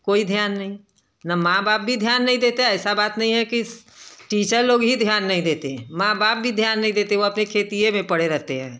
कोई ध्यान नहीं ना माँ बाप भी ध्यान नहीं देते ऐसा बात नहीं है कि इस टीचर लोग ही ध्यान नहीं देते हैं माँ बाप भी ध्यान नहीं देते वे अपने खेतिए में पड़े रहते हैं